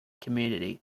community